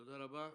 תודה רבה.